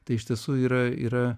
tai iš tiesų yra yra